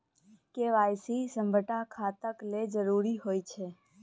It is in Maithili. के.वाई.सी सभटा खाताक लेल जरुरी होइत छै